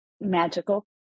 Magical